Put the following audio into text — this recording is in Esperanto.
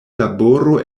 laboro